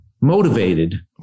motivated